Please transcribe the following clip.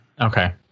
Okay